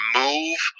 move